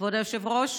כבוד היושב-ראש.